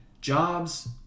jobs